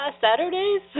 Saturdays